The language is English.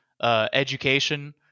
Education